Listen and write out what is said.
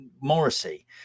Morrissey